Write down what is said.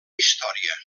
història